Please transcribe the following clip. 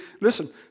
Listen